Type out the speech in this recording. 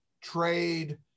trade